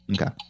Okay